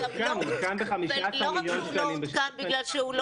לא רק שהוא לא